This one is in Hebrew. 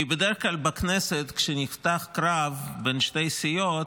כי בדרך כלל בכנסת, כשנפתח קרב בין שתי סיעות,